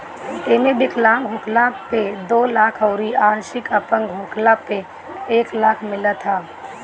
एमे विकलांग होखला पे दो लाख अउरी आंशिक अपंग होखला पे एक लाख मिलत ह